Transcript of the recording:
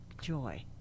joy